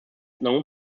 known